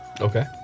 Okay